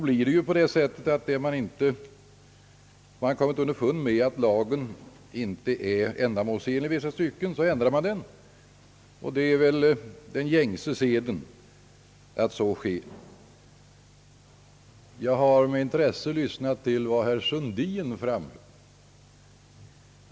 När man då kommer underfund med att en lag icke är ändamålsenlig i vissa stycken, så ändrar man den. Det är väl den gängse seden. Jag har med intresse lyssnat till vad herr Sundin framhöll.